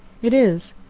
it is.